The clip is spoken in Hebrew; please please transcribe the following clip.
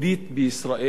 במיוחד זו